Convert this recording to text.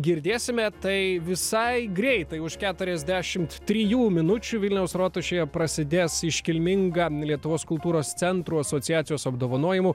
girdėsime tai visai greitai už keturiasdešimt trijų minučių vilniaus rotušėje prasidės iškilminga lietuvos kultūros centrų asociacijos apdovanojimų